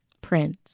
Prince